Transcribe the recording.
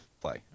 play